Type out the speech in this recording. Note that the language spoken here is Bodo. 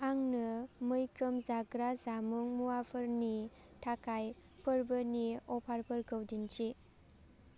आंनो मैखोम जाग्रा जामुं मुवाफोरनि थाखाय फोरबोनि अफारफोरखौ दिन्थि